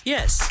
Yes